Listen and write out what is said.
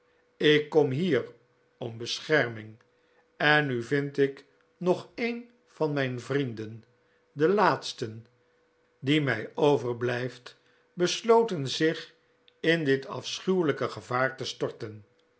ik kom hier om bescherming en nu vind ik nog een van mijn vrienden den laatsten die mij overblijft besloten zich in dit afschuwelijke gevaar te storten